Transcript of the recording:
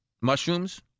Mushrooms